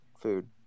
food